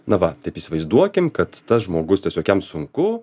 na va taip įsivaizduokim kad tas žmogus tiesiog jam sunku